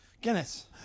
Guinness